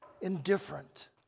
indifferent